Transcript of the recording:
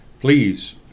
please